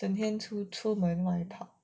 整天出出门往外跑